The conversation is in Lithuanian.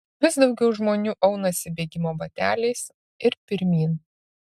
vis daugiau žmonių aunasi bėgimo bateliais ir pirmyn